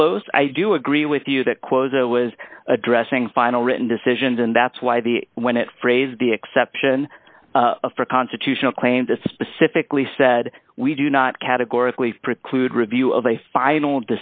close i do agree with you that quota was addressing final written decisions and that's why the when it phrase the exception for constitutional claims it specifically said we do not categorically preclude review of a final